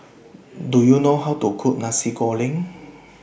Do YOU know How to Cook Nasi Goreng